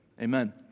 Amen